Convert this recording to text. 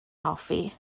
hoffi